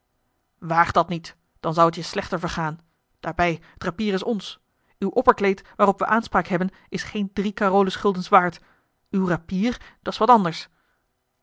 dàt niet dan zou het je slechter vergaan daarbij t rapier is ons uw opperkleed waarop we aanspraak hebben is geen drie carolus guldens waard uw rapier dat s wat anders